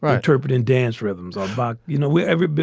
um interpretive dance rhythms. um but you know, everybody.